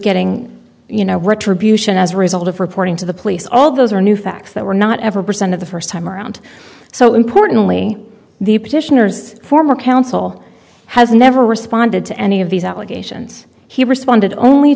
getting you know retribution as a result of reporting to the police all those are new facts that were not ever percent of the first time around so importantly the petitioners former counsel has never responded to any of these allegations he responded only